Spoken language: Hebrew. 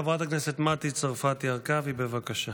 חברת הכנסת מטי צרפתי הרכבי, בבקשה.